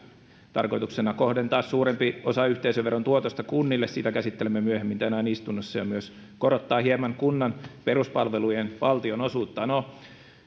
tarkoituksena kohdentaa suurempi osa yhteisöveron tuotosta kunnille sitä käsittelemme myöhemmin tänään istunnossa ja myös korottaa hieman kunnan peruspalvelujen valtionosuutta no